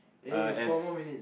uh as